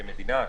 כמדינה,